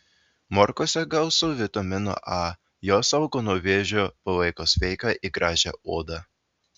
morkose gausu vitamino a jos saugo nuo vėžio palaiko sveiką ir gražią odą